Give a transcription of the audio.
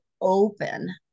open